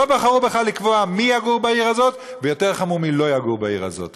לא בחרו בך לקבוע מי יגור בעיר הזאת,